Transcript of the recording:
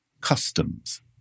customs